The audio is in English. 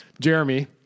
Jeremy